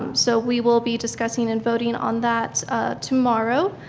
um so we will be discussing and boating on that tomorrow.